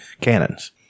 cannons